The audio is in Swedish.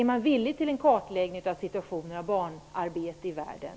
Är man villig att kartlägga situationen med barnarbete i världen?